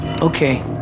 okay